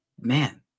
man